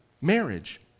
marriage